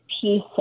Piece